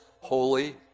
holy